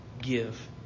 give